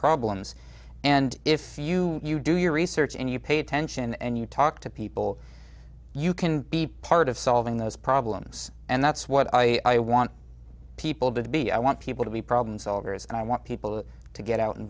problems and if you you do your research and you pay attention and you talk to people you can be part of solving those problems and that's what i want people to be i want people to be problem solvers and i want people to get out and